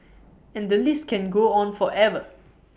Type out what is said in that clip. and the list can go on forever